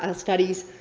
ah studies,